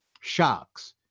shocks